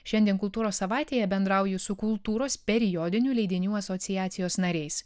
šiandien kultūros savaitėje bendrauju su kultūros periodinių leidinių asociacijos nariais